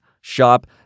shop